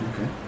Okay